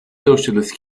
socialist